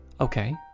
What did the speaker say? Okay